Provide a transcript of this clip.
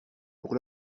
pour